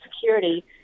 Security